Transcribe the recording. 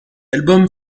album